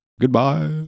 Goodbye